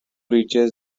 reaches